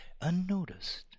unnoticed